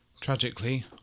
Tragically